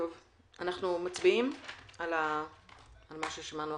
אנחנו מצביעים על הצו.